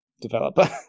developer